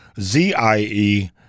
Z-I-E